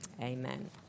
amen